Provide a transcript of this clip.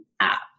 app